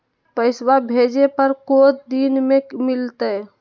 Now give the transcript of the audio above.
पैसवा भेजे पर को दिन मे मिलतय?